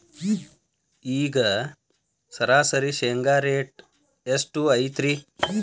ಈಗ ಸರಾಸರಿ ಶೇಂಗಾ ರೇಟ್ ಎಷ್ಟು ಐತ್ರಿ?